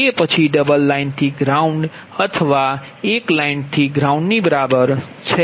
તે પછી ડબલ લાઇનથી ગ્રાઉન્ડ અથવા એક લાઇનથી ગ્રાઉન્ડ બરાબર છે